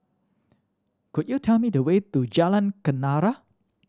could you tell me the way to Jalan Kenarah